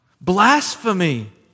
Blasphemy